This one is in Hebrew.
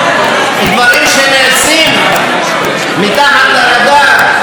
דברים שנעשים מתחת לרדאר,